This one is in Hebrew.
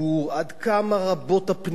עד כמה רבות הפניות,